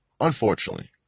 Unfortunately